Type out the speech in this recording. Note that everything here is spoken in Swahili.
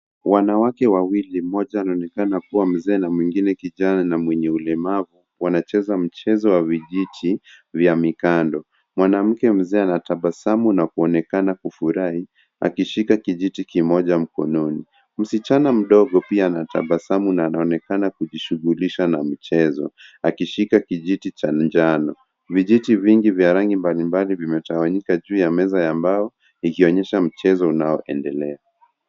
Wanawake wawili mmoja anaonekana kuwa mzee na mwingine kijana na mwenye ulemavu wanacheza mchezo wa vijiti vya mikando. Mwanamke mzee anatabasamu na kuonekana kufurahi akishika kijiti kimoja mkononi. Msichana mdogo pia anatabasamu na anaonekana kujishughulisha na mchezo akishika kijiti cha njano. Vijiti vingi vya rangi mbalimbali vimetawanyika juu ya meza ya mbao ikionyesha mchezo unaoendelea.